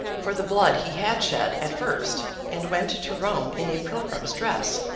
for the blood he had shed at first and went to rome in a pilgrim's dress,